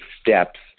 steps